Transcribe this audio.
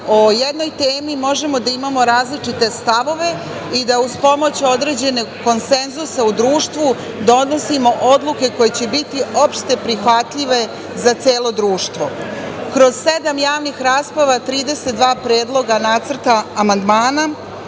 o jednoj temi možemo da imamo različite stavove i da uz pomoć određenog konsenzusa u društvu donosimo odluke koje će biti opšte prihvatljive za celo društvo. Kroz sedam javnih rasprava, 32 predloga nacrta amandmana,